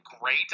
great